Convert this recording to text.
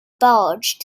bulge